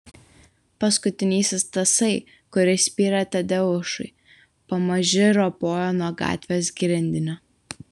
paskutinysis tasai kuris spyrė tadeušui pamaži ropojo nuo gatvės grindinio